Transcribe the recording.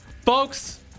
Folks